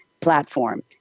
platform